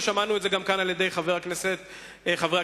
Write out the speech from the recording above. ושמענו את זה גם כאן מחברי הכנסת הערבים.